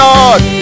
Lord